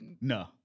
No